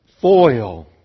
foil